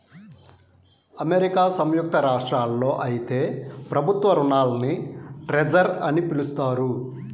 America సంయుక్త రాష్ట్రాల్లో అయితే ప్రభుత్వ రుణాల్ని ట్రెజర్ అని పిలుస్తారు